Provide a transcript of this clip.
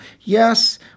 Yes